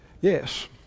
yes